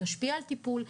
תשפיע על הטיפול,